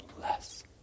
less